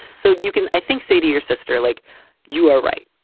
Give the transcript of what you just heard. so you can, i think, say to your sister like you are right.